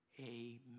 Amen